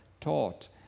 taught